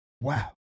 Wow